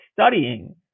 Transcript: studying